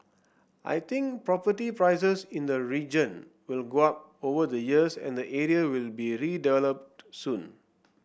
I think property prices in the region will go up over the years and the area will be redeveloped soon